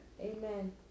Amen